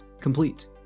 complete